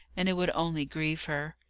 and it would only grieve her.